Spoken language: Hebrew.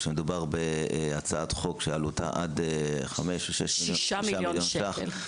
שמדובר בהצעת חוק שעלותה עד 6 מיליון שקלים,